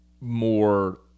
more